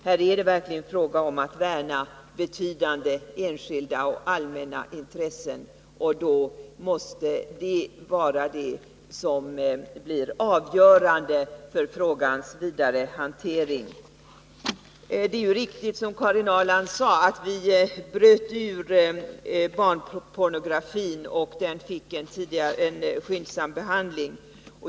Det är verkligen fråga om att värna betydande enskilda och allmänna intressen. Det måste vara det avgörande för frågans vidare hantering. Det är riktigt — Karin Ahrland var inne på det — att vi bröt ut barnpornografin och gav den en skyndsam behandling.